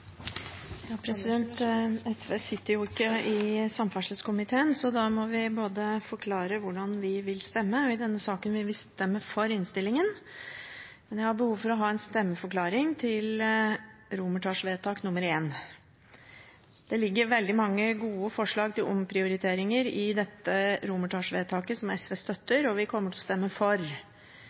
SV sitter ikke i samferdselskomiteen, så da må vi forklare hvordan vi vil stemme. I denne saken vil vi stemme for innstillingen, men jeg har behov for å komme med en stemmeforklaring til romertallsvedtak I. Det ligger veldig mange gode forslag til omprioriteringer i dette romertallsvedtaket, som SV støtter og kommer til å stemme for,